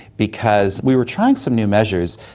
because we were trying some new measures,